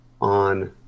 on